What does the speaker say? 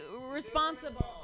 responsible